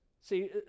See